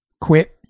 quit